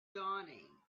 dawning